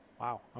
Wow